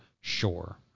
sure